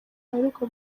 aheruka